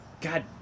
God